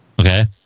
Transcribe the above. Okay